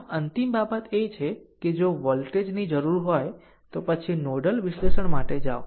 આમ અંતિમ બાબત એ છે કે જો વોલ્ટેજ ની જરૂર હોય તો પછી નોડલ વિશ્લેષણ માટે જાઓ